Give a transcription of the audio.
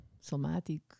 somatic